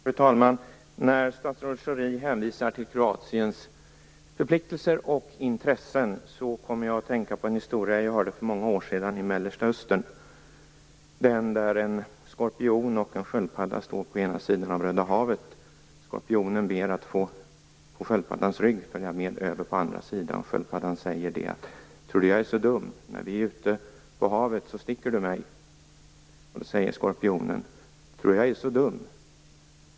Fru talman! Statsrådet Schori hänvisar till Kroatiens förpliktelser och intressen. Jag kommer då att tänka på en historia jag hörde för många år sedan i Mellersta östern. En skorpion och en sköldpadda står på ena sidan av Röda havet. Skorpionen ber att på sköldpaddans rygg få följa med över till andra sidan. Sköldpaddan säger då: Tror du jag är så dum? När vi är ute på havet sticker du mig. Då säger skorpionen: Tror du jag är så dum?